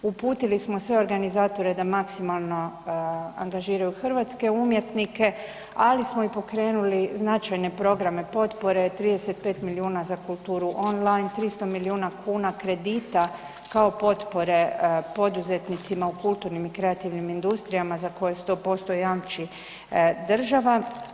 Uputili smo sve organizatore da maksimalno angažiraju hrvatske umjetnike, ali smo i pokrenuli značajne programe potpore 35 milijuna za kulturu online, 300 milijuna kuna kredita kao potpore poduzetnicima u kulturnim i kreativnim industrijama za koje 100% jamči država.